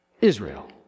Israel